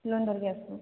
loan ଧରିକି ଆସିବୁ